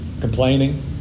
Complaining